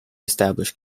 establish